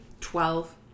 Twelve